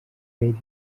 vella